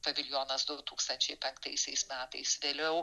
paviljonas du tūkstančiai penktaisiais metais vėliau